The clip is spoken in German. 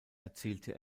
erzielte